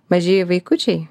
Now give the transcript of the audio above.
mažieji vaikučiai